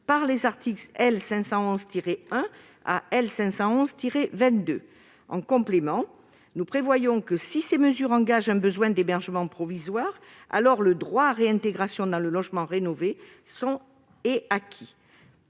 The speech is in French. par les articles L. 511-1 à L. 511-22. En complément, nous prévoyons que, si ces mesures engagent un besoin d'hébergement provisoire, alors le droit à réintégration dans le logement rénové est acquis.